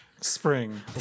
spring